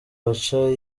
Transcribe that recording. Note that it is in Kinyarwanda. baca